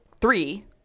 three